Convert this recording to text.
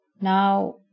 Now